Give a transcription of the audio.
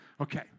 okay